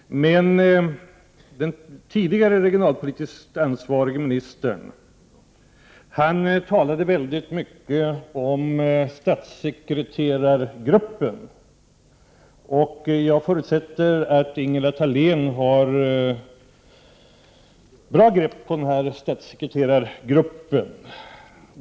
Den tidigare regionalpolitiskt ansvarige ministern talade mycket om statssekreterargruppen. Jag förutsätter att Ingela Thalén har bra grepp om statssekreterargruppen.